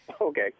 Okay